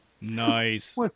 Nice